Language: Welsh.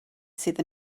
sydd